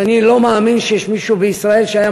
אז אני לא מאמין שיש מישהו בישראל שהיה